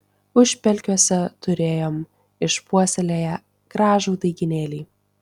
užpelkiuose turėjom išpuoselėję gražų daigynėlį